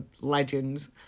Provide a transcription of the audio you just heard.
legends